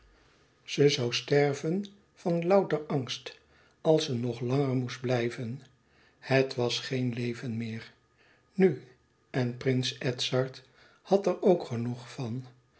ze zoû sterven van louter angst als ze nog langer moest blijven het was geen leven meer nu en prins edzard had er ook genoeg van